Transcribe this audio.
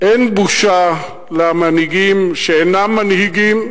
אין בושה למנהיגים שאינם מנהיגים.